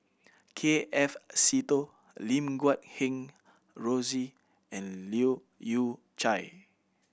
K F Seetoh Lim Guat Kheng Rosie and Leu Yew Chye